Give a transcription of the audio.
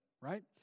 right